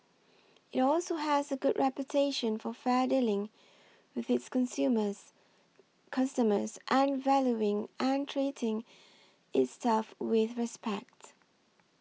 it also has a good reputation for fair dealing with its consumers customers and valuing and treating its staff with respect